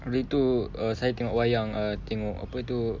hari tu uh saya tengok wayang uh tengok apa tu